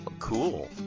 cool